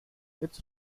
its